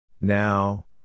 Now